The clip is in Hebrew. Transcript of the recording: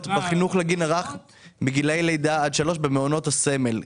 בחינוך לגיל הרך מגילאי לידה עד שלוש במעונות הסמל.